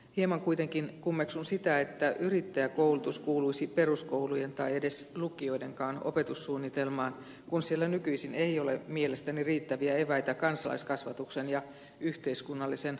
hieman kuitenkin kummeksun sitä että yrittäjäkoulutus kuuluisi peruskoulujen tai edes lukioidenkaan opetussuunnitelmaan kun siellä nykyisin ei ole mielestäni riittäviä eväitä kansalaiskasvatuksen ja yhteiskunnallisen osallisuudenkaan saralla